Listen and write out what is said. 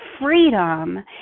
freedom